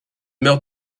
meurt